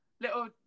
Little